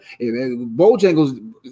Bojangles